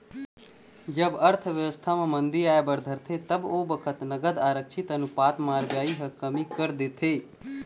जब अर्थबेवस्था म मंदी आय बर धरथे तब ओ बखत नगद आरक्छित अनुपात म आर.बी.आई ह कमी कर देथे